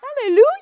Hallelujah